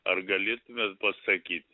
ar galėtumėt pasakyt